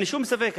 אין שום ספק,